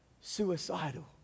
suicidal